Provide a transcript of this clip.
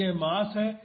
तो यह मास है